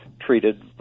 treated